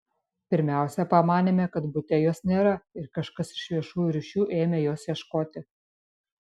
pirmiausia pamanėme kad bute jos nėra ir kažkas iš viešųjų ryšių ėmė jos ieškoti